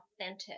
authentic